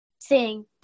sing